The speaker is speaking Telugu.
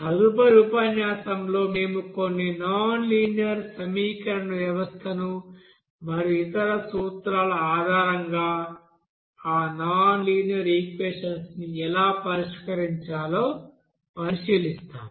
తదుపరి ఉపన్యాసంలో మేము కొన్ని నాన్ లీనియర్ సమీకరణ వ్యవస్థను మరియు ఇతర సూత్రాల ఆధారంగా ఆ నాన్ లీనియర్ ఈక్వెషన్స్ ని ఎలా పరిష్కరించాలో పరిశీలిస్తాము